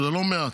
זה לא מעט.